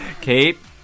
Keep